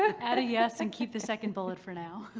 add a yes and keep the second bullet for now